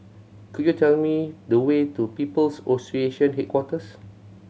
could you tell me the way to People's Association Headquarters